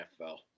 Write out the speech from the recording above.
NFL